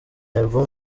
album